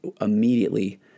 immediately